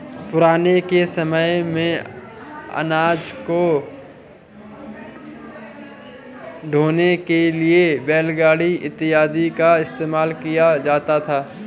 पुराने समय मेंअनाज को ढोने के लिए बैलगाड़ी इत्यादि का इस्तेमाल किया जाता था